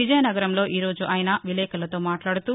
విజయనగరంలో ఈ రోజు ఆయన విలేకరులతో మాట్లాడుతూ